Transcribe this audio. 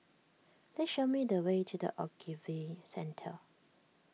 please show me the way to the Ogilvy Centre